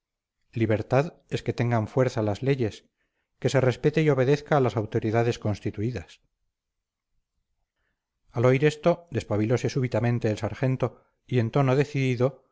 libertad es que tengan fuerza las leyes que se respete y obedezca a las autoridades constituidas al oír esto despabilose súbitamente el sargento y en tono decidido